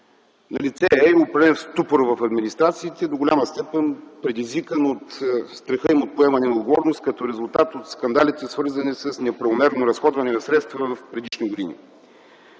Налице е и определен ступор в администрациите, до голяма степен предизвикан от страха им от поемане на отговорност като резултат от скандалите с неправомерно разходване на средства в предишни години.